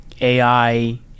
AI